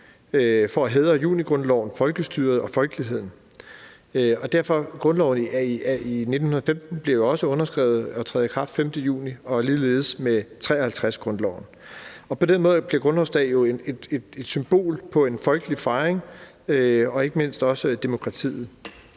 for at hædre i junigrundloven, folkestyret og folkeligheden. Grundlovsændringen i 1915 blev jo også underskrevet og trådte i kraft den 5. juni – og ligeledes med 1953-grundloven. På den måde bliver grundlovsdag jo et symbol på en folkelig fejring og ikke mindst også på demokratiet.